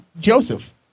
Joseph